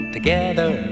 Together